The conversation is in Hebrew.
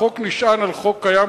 החוק נשען על חוק שכבר קיים,